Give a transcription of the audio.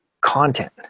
content